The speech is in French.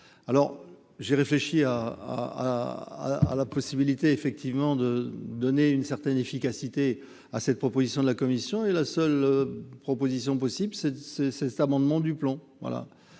j'ai réfléchi à à la possibilité effectivement de donner une certaine efficacité à cette proposition de la Commission et la seule proposition possible c'est c'est c'est cet amendement du plan